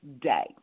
day